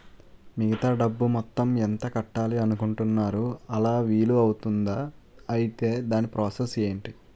మిగతా డబ్బు మొత్తం ఎంత కట్టాలి అనుకుంటున్నాను అలా వీలు అవ్తుంధా? ఐటీ దాని ప్రాసెస్ ఎంటి?